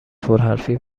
پرحرفی